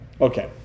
Okay